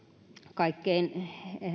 kaikkein